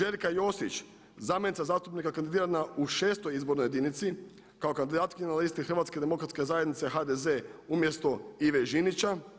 Željka Josić zamjenica zastupnika kandidirana u 6. izbornoj jedinici kao kandidatkinja na listi Hrvatske demokratske zajednice HDZ umjesto Ive Žinića.